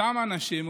אותם אנשים,